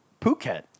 Phuket